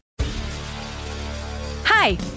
Hi